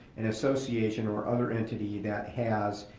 an association or other entity that has,